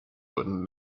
would